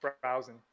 browsing